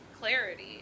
clarity